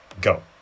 go